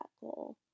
goal